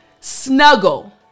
snuggle